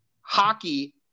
Hockey